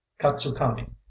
katsukami